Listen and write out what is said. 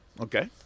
okay